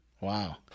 wow